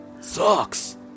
Sucks